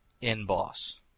in-boss